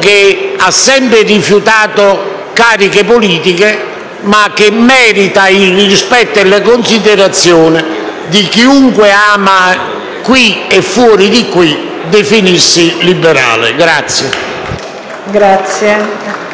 che ha sempre rifiutato cariche politiche, ma che merita il rispetto e la considerazione di chiunque ama, qui e fuori di qui, definirsi liberale. (Applausi